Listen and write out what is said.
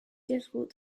difficult